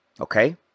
Okay